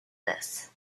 this